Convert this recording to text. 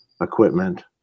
equipment